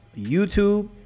YouTube